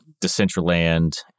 Decentraland